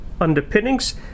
underpinnings